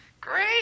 Great